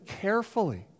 carefully